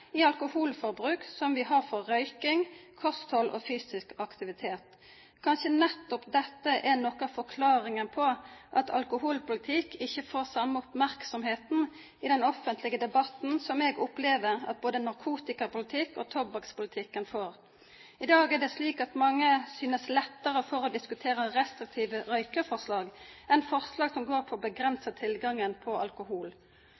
i alkoholforbruk som vi har for røyking, kosthold og fysisk aktivitet. Kanskje nettopp dette er noe av forklaringen på at alkoholpolitikk ikke får samme oppmerksomhet i den offentlige debatten som jeg opplever at både narkotikapolitikk og tobakkspolitikken får. I dag er det slik at mange har lettere for å diskutere restriktive røykeforslag enn forslag som går på